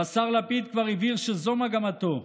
והשר לפיד כבר הבהיר שזו מגמתו: